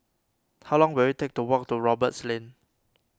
how long will it take to walk to Roberts Lane